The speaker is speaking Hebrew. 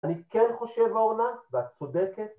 אני כן חושב אורנה, ואת צודקת